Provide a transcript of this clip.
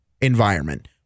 environment